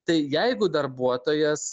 tai jeigu darbuotojas